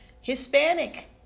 Hispanic